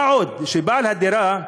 מה עוד שבעל הדירה,